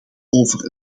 over